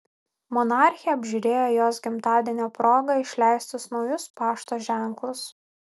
monarchė apžiūrėjo jos gimtadienio proga išleistus naujus pašto ženklus